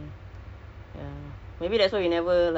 so mendak I don't know lah